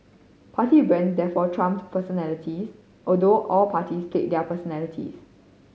party brands therefore trumped personalities although all parties played their personalities